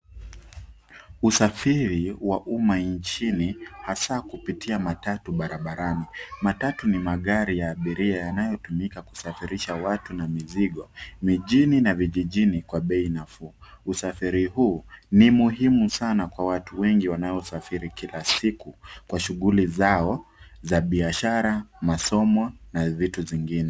Usafiri wa umma nchini hasa kupitia matatu barabarani. Matatu ni magari ya abiria yanayotumika kusafirisha watu na mizigo mijini na vijijini kwa bei nafuu. Usafiri huu ni muhimu sana kwa watu wengi wanaosafiri kila siku kwa shughuli zao za biashara, masomo na vitu zingine.